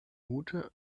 ute